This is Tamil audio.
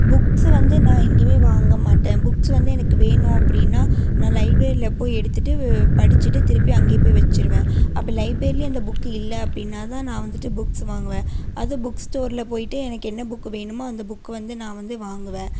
புக்ஸ் வந்து நான் எங்கேயுமே வாங்கமாட்டேன் புக்ஸ் வந்து எனக்கு வேணும் அப்படின்னா நான் லைப்ரரியில் போய் எடுத்துட்டு படிச்சுட்டு திருப்பி அங்கே போய் வெச்சுருவேன் அப்படி லைப்ரரிலேயும் அந்த புக் இல்லை அப்டின்னாதான் நான் வந்துட்டு புக்ஸ் வாங்குவேன் அது புக் ஸ்டோரில் போயிட்டு எனக்கு என்ன புக் வேணுமோ அந்த புக் வந்து நான் வந்து வாங்குவேன்